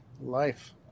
life